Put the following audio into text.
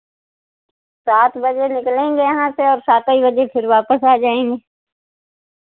सात बजे निकलेंगे यहाँ से और सातै बजे फिर वापस आ जाएंगे